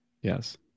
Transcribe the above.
Yes